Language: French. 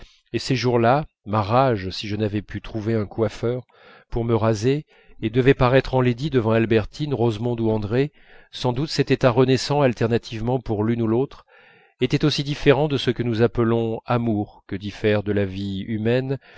et ces jours-là ma rage si je n'avais pu trouver un coiffeur pour me raser et devais paraître enlaidi devant albertine rosemonde ou andrée sans doute cet état renaissant alternativement pour l'une ou l'autre était aussi différent de ce que nous appelons amour que diffère de la vie humaine